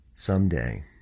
someday